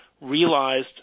realized